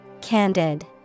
Candid